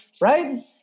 Right